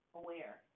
aware